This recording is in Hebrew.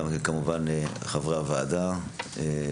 כמובן שחברי הוועדה גם משתתפים,